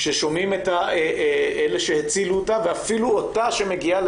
כששומעים את אלה שהצילו אותה ואפילו אותה שמגיעה